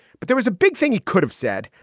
but there was a big thing he could have said.